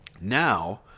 Now